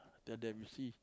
tell them to see